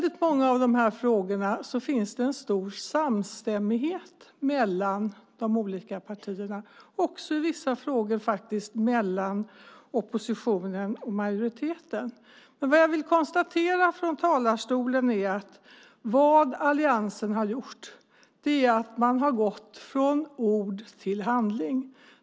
I många av de här frågorna finns det en stor samstämmighet mellan de olika partierna, i vissa frågor faktiskt också mellan oppositionen och majoriteten. Men vad jag vill konstatera från talarstolen är att vad alliansen har gjort är att man har gått från ord till handling.